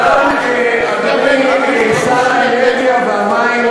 אדוני שר האנרגיה והמים,